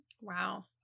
Wow